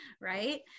right